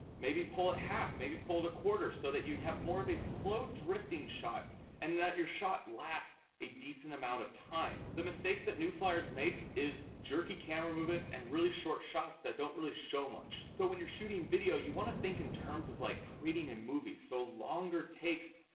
maybe pull it half, maybe pull it a quarter, so that you have more of a slow, drifting shot and that your shot lasts a decent amount of time. the mistakes that new flyers make is jerky camera movements and really short shots that don't really show much. so when you're shooting video, you wanna think in terms of like creating a movie, so longer takes,